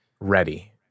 ready